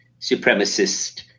supremacist